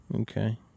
Okay